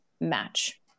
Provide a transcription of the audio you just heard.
match